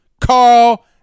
Carl